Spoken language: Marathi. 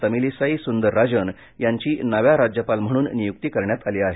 तमिलीसाई सुंदरराजन यांची नव्या राज्यपाल म्हणून नियुक्ती झाली आहे